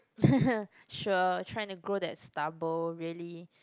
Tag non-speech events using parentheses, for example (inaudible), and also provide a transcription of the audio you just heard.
(laughs) sure try to grow that stubble really